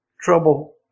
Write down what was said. trouble